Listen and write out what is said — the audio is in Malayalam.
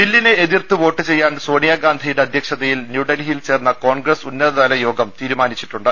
ബില്ലിനെ എതിർത്ത് വോട്ട് ചെയ്യാൻ സോണിയാഗാന്ധിയുടെ അധ്യക്ഷതയിൽ ന്യൂഡൽഹിയിൽ ചേർന്ന കോൺഗ്രസ് ഉന്നത തല യോഗം തീരുമാനിച്ചിട്ടുണ്ട്